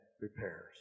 repairs